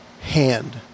hand